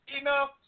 enough